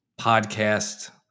podcast